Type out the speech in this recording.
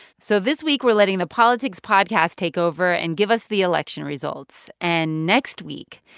so this week, we're letting the politics podcast take over and give us the election results. and next week,